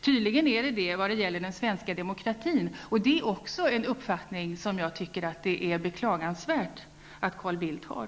Tydligen är storleken avgörande vad gäller den svenska demokratin. Även detta är en uppfattning som det enligt min mening är beklagansvärt att Carl Bildt har.